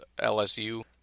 LSU